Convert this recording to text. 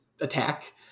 attack